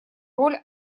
роль